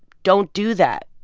don't do that.